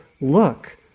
look